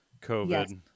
COVID